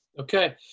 Okay